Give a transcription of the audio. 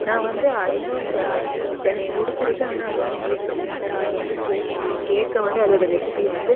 நான் வந்து இன்னும் எனக்கு புடிச்சிருக்கு ஆனால் அது வந்து முயற்சி செய்யாமல் இருக்கிறது வந்து கேக்கு தான் கேக்கை வந்து அதோடு ரெசிப்பியை வந்து